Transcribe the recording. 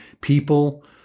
people